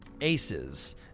aces